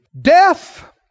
Death